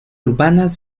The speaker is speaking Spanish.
urbanas